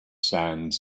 sands